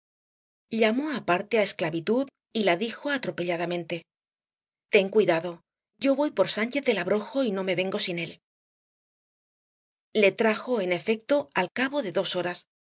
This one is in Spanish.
llamó aparte á esclavitud y la dijo atropelladamente ten cuidado yo voy por sánchez del abrojo y no me vengo sin él le trajo en efecto al cabo de dos horas